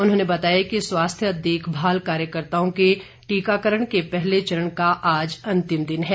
उन्होंने बताया कि स्वास्थ्य देखभाल कार्यकर्ताओं के टीकाकरण के पहले चरण का आज अन्तिम दिन हैं